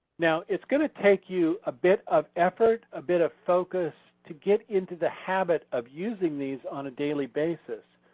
now it's going to take you a bit of effort, a bit of focus, to get into the habit of using these on a daily basis.